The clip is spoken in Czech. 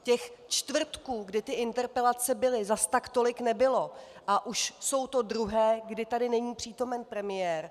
Těch čtvrtků, kdy ty interpelace byly, zas tolik nebylo a už jsou to druhé, kdy tady není přítomen premiér.